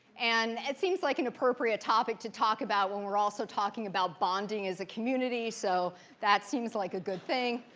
and it seems like an appropriate topic to talk about when we're also talking about bonding as a community, so that seems like a good thing.